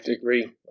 agree